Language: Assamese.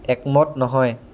একমত নহয়